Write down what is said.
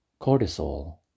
cortisol